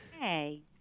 Hey